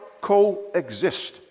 coexist